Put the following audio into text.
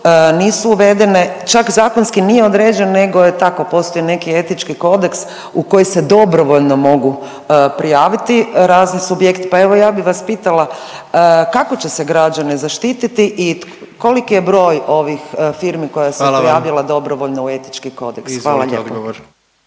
nisu uvedene, čak zakonski nije određen nego je tako postoji neki etički kodeks u koji se dobrovoljno mogu prijaviti razni subjekti. Pa evo ja bih vas pitala kako će se građane zaštiti i koliki je broj ovih firmi koja se …/Upadica: Hvala vam./… prijavila dobrovoljno u etički kodeks? Hvala lijepo.